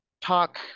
talk